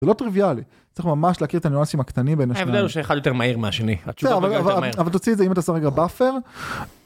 ‫זה לא טריוויאלי, צריך ממש להכיר ‫את הניואנסים הקטנים בין השניים. ‫ההבדל שאחד יותר מהיר מהשני. ‫-אבל תוציא את זה, ‫אם אתה מוציא רגע באפר.